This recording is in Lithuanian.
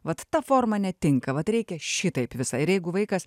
vat ta forma netinka vat reikia šitaip visa ir jeigu vaikas